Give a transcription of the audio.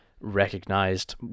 recognized